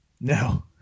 No